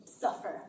suffer